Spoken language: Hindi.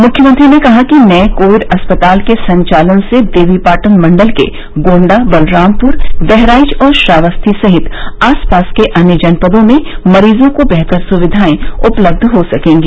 मुख्यमंत्री ने कहा कि नये कोविड अस्पताल के संचालन से देवीपाटन मंडल के गोण्डा बलरामपुर बहराइच और श्रावस्ती सहित आसपास के अन्य जनपदों में मरीजों को बेहतर सुविघाएं उपलब्ध हो सकेंगी